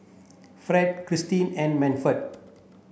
Fred Cristin and Manford